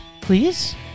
Please